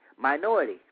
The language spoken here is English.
minority